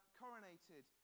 coronated